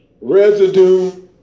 residue